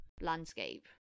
landscape